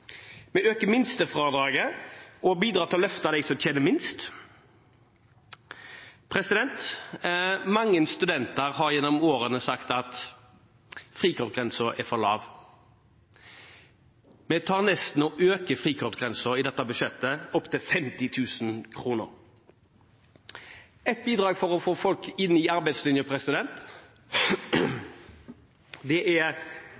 Vi øker minstefradraget og bidrar til å løfte dem som tjener minst. Mange studenter har gjennom årene sagt at frikortgrensen er for lav. Vi øker frikortgrensen i dette budsjettet opp til 50 000 kr. Et bidrag for å få folk inn i arbeidslinjen vet vi er